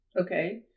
okay